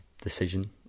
decision